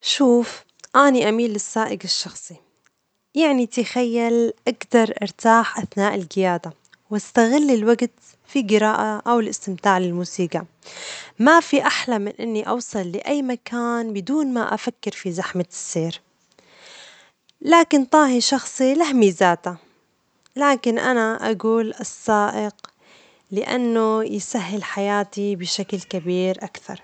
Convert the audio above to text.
شوف أني أميل للسائج الشخصي، يعني تخيل أجدر أرتاح أثناء الجيادة وأستغل الوجت في الجراءة أو الاستمتاع بالموسيقى، ما في أحلى من إني أوصل لأي مكان بدون ما أفكر في زحمة السير، لكن طاهي شخصي له ميزاته، لكن أنا أجول السائج لأنه يسهل حياتي بشكل كبير أكثر.